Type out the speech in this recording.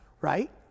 right